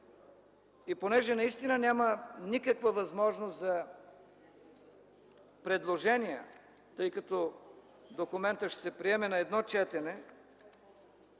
И понеже наистина няма никаква възможност за предложения, тъй като документът ще се приеме на едно четене,